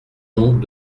donc